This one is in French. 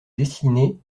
dessinée